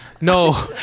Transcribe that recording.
No